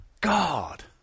God